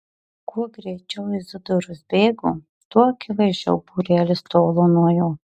kuo greičiau izidorius bėgo tuo akivaizdžiau būrelis tolo nuo jo